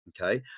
Okay